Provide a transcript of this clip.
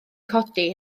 codi